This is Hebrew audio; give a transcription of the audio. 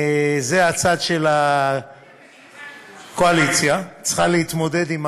זה הצד של הקואליציה, שצריכה להתמודד עם הקשיים.